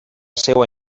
seua